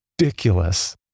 Ridiculous